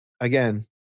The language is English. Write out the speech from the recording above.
again